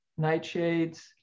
nightshades